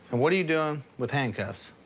what are you doing with handcuffs?